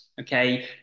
okay